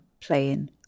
playing